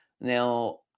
Now